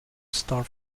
star